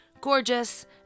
gorgeous